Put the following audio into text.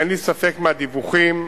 אין לי ספק, מהדיווחים,